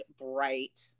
bright